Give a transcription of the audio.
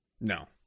No